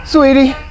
Sweetie